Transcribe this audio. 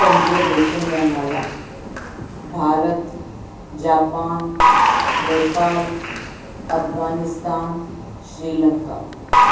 पंज देशनि जा नाला भारत जापान नेपाल अफगानिस्तान श्रीलंका